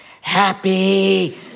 happy